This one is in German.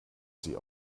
sie